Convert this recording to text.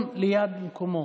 זה המתווה.